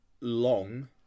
long